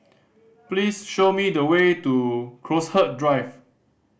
please show me the way to Crowhurst Drive